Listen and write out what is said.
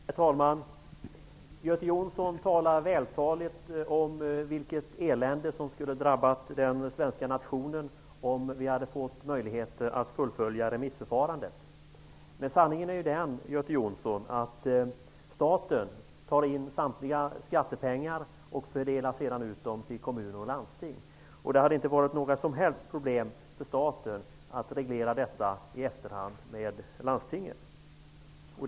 Herr talman! Göte Jonsson skildrar vältaligt vilket öde som skulle ha drabbat den svenska nationen om vi hade fått möjligheter att fullfölja remissförfarandet. Men sanningen är ju den, Göte Jonsson, att staten tar in samtliga skattepengar och sedan fördelar dem till kommuner och landsting. Det hade inte varit några som helst problem för staten att reglera detta med landstingen i efterhand.